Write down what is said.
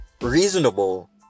reasonable